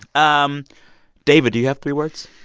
um david, do you have three words?